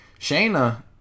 Shayna